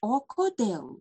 o kodėl